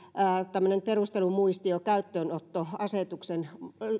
tämmöinen valtioneuvoston perustelumuistio käyttöönottoasetuksen